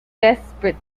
desperate